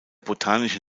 botanische